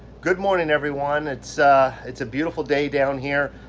good morning, everyone! it's it's a beautiful day down here.